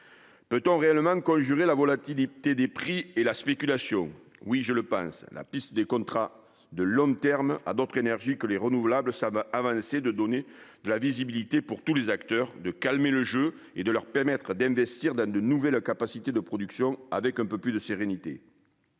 Peut-on réellement conjurer la volatilité des prix et la spéculation ? Oui, je le pense. La piste des contrats de long terme pour d'autres énergies que les renouvelables semble avancer, afin de donner de la visibilité à tous les acteurs, de calmer le jeu et de permettre d'investir dans de nouvelles capacités de production avec un peu plus de sérénité.